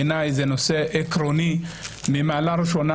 בעיניי, זה נושא עקרוני מהמעלה הראשונה.